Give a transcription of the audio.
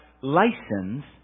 license